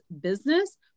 business